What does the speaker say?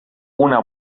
una